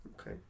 okay